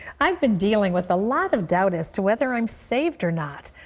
i've been dealing with a lot of doubt as to whether i'm saved or not.